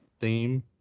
theme